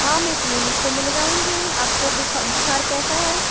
हाँ मैं क्लीनिक पर मिल जाऊँगी आपको बिखा बुखार कैसा है